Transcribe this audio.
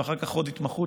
ואחר כך עוד התמחות,